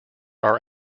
are